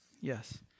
yes